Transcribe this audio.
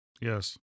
Yes